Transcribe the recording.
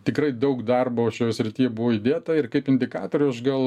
tikrai daug darbo šioj srity buvo įdėta ir kaip indikatorių aš gal